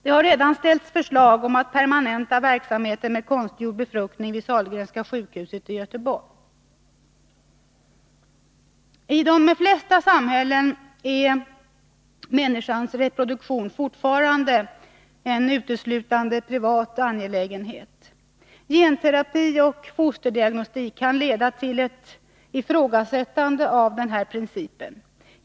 Det har redan ställts förslag om att permanenta verksamheten med konstgjord befruktning vid Sahlgrenska sjukhuset i Göteborg. I de flesta samhällen är människans reproduktion fortfarande en uteslutande privat angelägenhet. Genterapi och fosterdiagnostik kan leda till ett ifrågasättande av denna princip.